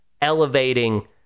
elevating